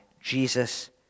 Jesus